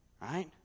Right